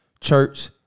Church